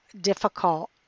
difficult